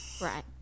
Right